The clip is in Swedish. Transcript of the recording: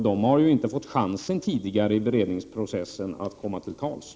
De har inte fått chansen att komma till tals tidigare i beredningsprocessen.